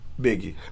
Biggie